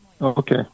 Okay